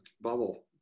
bubble